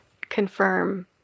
confirm